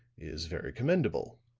is very commendable.